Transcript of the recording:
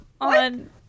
on